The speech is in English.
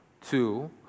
Two